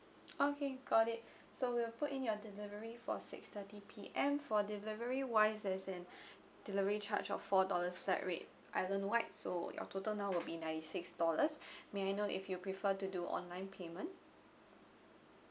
okay got it so we'll put in your delivery for six thirty P_M for delivery wise has an delivery charge of four dollars flat rate island wide so your total now will be ninety six dollars may I know if you prefer to do online payment